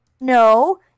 No